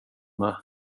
med